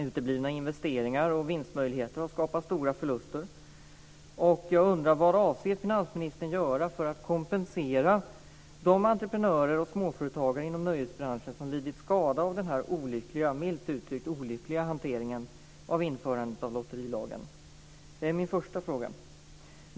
Uteblivna investeringar och vinstmöjligheter har skapat stora förluster. Vad avser finansministern att göra för att kompensera de entreprenörer och småföretagare inom nöjesbranschen som lidit skada av denna, milt uttryckt, olyckliga hantering av införandet av lotterilagen? Det är min första fråga.